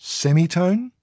semitone